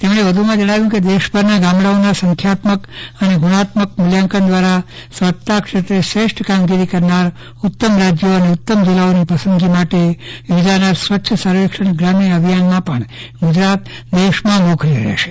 તેમણે વધુમાં જણાવ્યું કે દેશભરના ગામડાઓના સંખ્યાત્મક અને ગુણાત્મક મૂલ્યાંકન દ્વારા સ્વચ્છતા ક્ષેત્રે શ્રેષ્ઠ કામગીરી કરનાર ઉત્તમ રાજ્યો અને ઉત્તમ જિલ્લાઓની પસંદગી માટે યોજાનાર સ્વચ્છ સર્વેક્ષણ ગ્રામીણ અભિયાનમાં પણ ગુજરાત દેશમાં મોખરે રહેશે